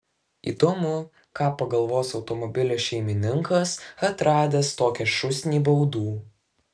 įdomu ką pagalvos automobilio šeimininkas atradęs tokią šūsnį baudų